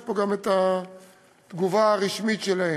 יש פה גם את התגובה הרשמית שלהם.